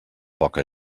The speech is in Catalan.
poca